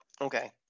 Okay